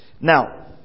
Now